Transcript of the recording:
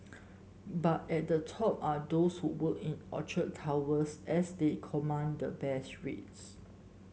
but at the top are those who work in Orchard Towers as they command the best rates